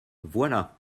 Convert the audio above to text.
voilà